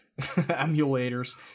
emulators